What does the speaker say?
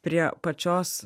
prie pačios